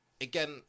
again